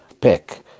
Pick